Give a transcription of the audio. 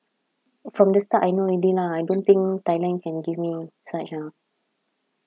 from the start I know already lah I don't think thailand can give me such ah